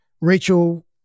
Rachel